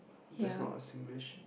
that's not a Singlish